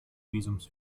visums